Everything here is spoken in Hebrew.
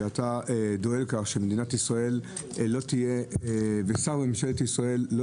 שאתה דואג לכך שמדינת ישראל ושר בממשלת ישראל לא